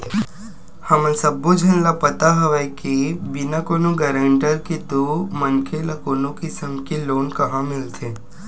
हमन सब्बो झन ल पता हवय के बिना कोनो गारंटर के तो मनखे ल कोनो किसम के लोन काँहा मिलथे